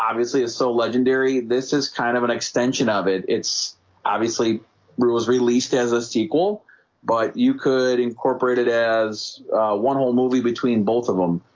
obviously is so legendary. this is kind of an extension of it it's obviously brew was released as a sequel but you could incorporate it as one whole movie between both of them.